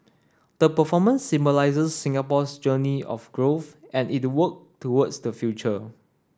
the performance symbolises Singapore's journey of growth and it work towards the future